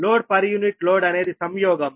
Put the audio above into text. load per unit load అనేది సంయోగం